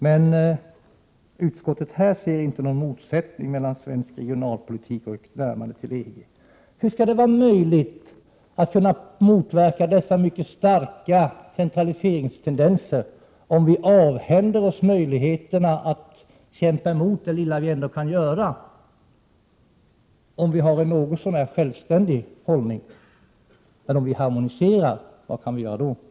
Men utskottet ser inte någon motsättning mellan svensk regionalpolitik och ett närmande till EG. Hur skall det vara möjligt att motverka dessa mycket starka centraliseringstendenser, om vi avhänder oss möjligheterna att kämpa emot det lilla vi ändå kan göra om vi har en något så när självständig ställning? Om vi harmoniserar, vad kan vi då göra? Herr talman!